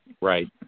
Right